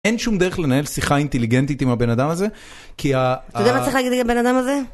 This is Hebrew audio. אין שום דרך לנהל שיחה אינטליגנטית עם הבן אדם הזה, כי ה... אתה יודע מה צריך להגיד לבן אדם הזה?